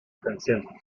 консенсусом